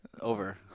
over